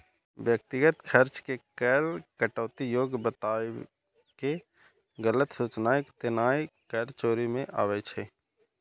व्यक्तिगत खर्च के कर कटौती योग्य बताके गलत सूचनाय देनाय कर चोरी मे आबै छै